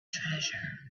treasure